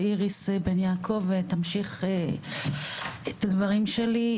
ואיריס בן יעקב תמשיך את הדברים שלי.